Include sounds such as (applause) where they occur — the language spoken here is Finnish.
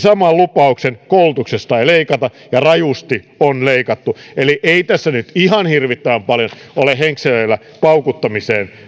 (unintelligible) saman lupauksen koulutuksesta ei leikata ja rajusti on leikattu eli ei tässä nyt ihan hirvittävän paljon ole henkseleillä paukutteluun